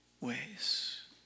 ways